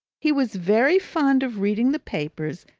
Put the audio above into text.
he was very fond of reading the papers,